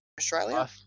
Australia